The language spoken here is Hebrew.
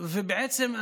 ובעצם,